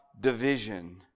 division